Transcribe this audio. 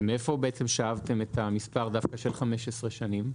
ומאיפה בעצם שאבתם את המספר דווקא של 15 שנים?